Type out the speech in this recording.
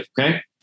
okay